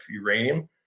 uranium